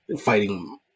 fighting